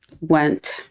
went